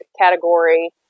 category